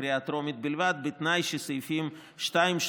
בקריאה הטרומית בלבד בתנאי שסעיפים 2,